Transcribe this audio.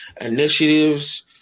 initiatives –